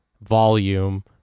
volume